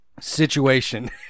situation